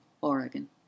Oregon